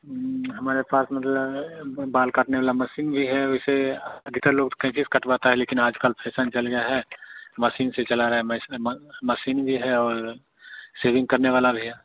हमारे पास मतलब बाल काटने वाली मशीन भी है वैसे अधिकतर लोग कैंची से कटवाते हैं लेकिन आज कल फैशन चल गया है मशीन से चला रहें मेश्ने मंग मशीन भी है और सेविंग करने वाला भी है